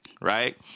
Right